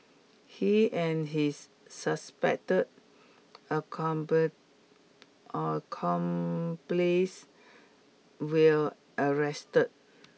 he and his suspected accomplice will arrested